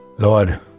Lord